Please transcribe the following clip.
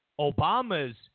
Obama's